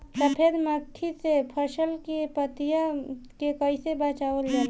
सफेद मक्खी से फसल के पतिया के कइसे बचावल जाला?